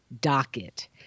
docket